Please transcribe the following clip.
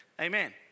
amen